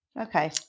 Okay